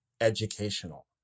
educational